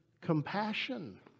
compassion